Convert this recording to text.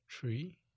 three